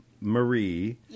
Marie